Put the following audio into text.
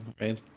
right